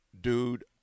Dude